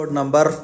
number